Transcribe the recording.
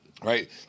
right